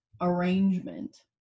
arrangement